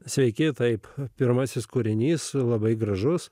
sveiki taip pirmasis kūrinys labai gražus